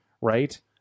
Right